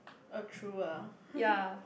uh true ah